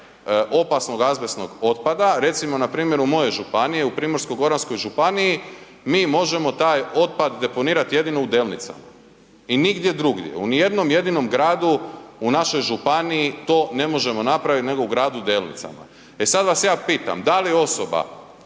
opasnog azbestnog otpada. Recimo npr. u mojoj županiji u Primorsko-goranskoj županiji mi možemo taj otpad deponirat jedino u Delnicama i nigdje drugdje u nijednom jedinom gradu u našoj županiji to ne možemo napraviti nego u gradu Delnicama. E sada ja vas pitam, da li osoba